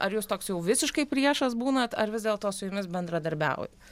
ar jūs toks jau visiškai priešas būnat ar vis dėlto su jumis bendradarbiauja